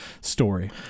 story